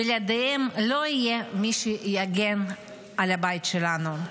בלעדיהם לא יהיה מי שיגן על הבית שלנו.